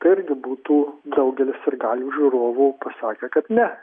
tai irgi būtų daugelis sirgalių žiūrovų pasakę kad ne